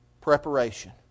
preparation